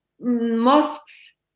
mosques